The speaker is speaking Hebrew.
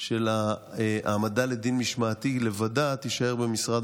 של ההעמדה לדין משמעתי לבדה תישאר במשרד